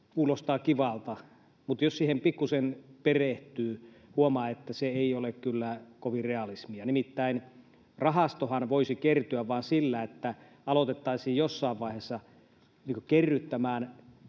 kuulostaa kivalta, mutta jos siihen pikkusen perehtyy, huomaa, että se ei ole kyllä kovin realismia. Nimittäin rahastohan voisi kertyä vain sillä, että aloitettaisiin jossain vaiheessa kerryttämään